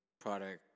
Product